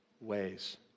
ways